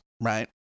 right